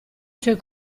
sue